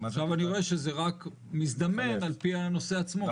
עכשיו אני רואה שזה רק מזדמן על פי הנושא עצמו.